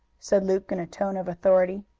said luke in a tone of authority.